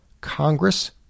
Congress